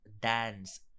dance